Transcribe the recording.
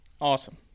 Awesome